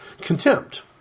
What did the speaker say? Contempt